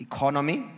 Economy